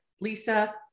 Lisa